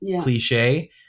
cliche